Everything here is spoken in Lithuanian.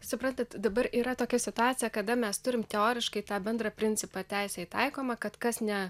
suprantat dabar yra tokia situacija kada mes turim teoriškai tą bendrą principą teisėj taikoma kad kas ne